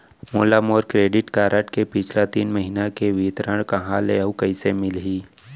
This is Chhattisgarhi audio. मोला मोर क्रेडिट कारड के पिछला तीन महीना के विवरण कहाँ ले अऊ कइसे मिलही?